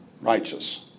righteous